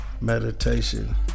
meditation